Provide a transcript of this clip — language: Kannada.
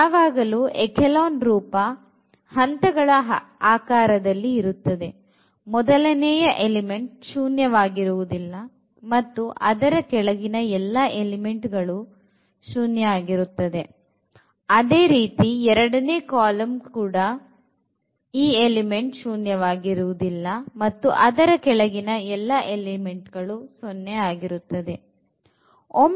ಯಾವಾಗಲೂ echelon ರೂಪ ಹಂತಗಳ ಆಕಾರದಲ್ಲಿರುತ್ತದೆ ಮೊದಲನೆಯ ಎಲಿಮೆಂಟ್ ಶೂನ್ಯ ವಾಗಿರುವುದಿಲ್ಲ ಮತ್ತು ಅದರ ಕೆಳಗಿನ ಎಲ್ಲ ಎಲಿಮೆಂಟ್ ಗಳು 0 ಆಗಿರುತ್ತದೆ ಅದೇ ರೀತಿ ಎರಡನೇ ಕಾಲಂನಲ್ಲಿ ಕೂಡ ಈ ಎಲಿಮೆಂಟ್ ಶೂನ್ಯ ವಾಗಿರುವುದಿಲ್ಲ ಮತ್ತು ಅದರ ಕೆಳಗಿನ ಎಲ್ಲ ಎಲಿಮೆಂಟ್ 0 ಆಗಿರುತ್ತದೆ